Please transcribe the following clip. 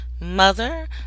mother